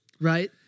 right